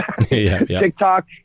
TikTok